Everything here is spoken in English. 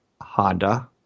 Honda